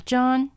John